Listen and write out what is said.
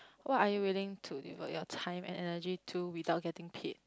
what are you willing to devote your time and energy to without getting paid